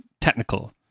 Technical